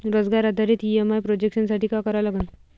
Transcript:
रोजगार आधारित EMI projection साठी का करा लागन?